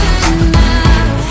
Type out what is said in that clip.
enough